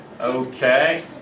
okay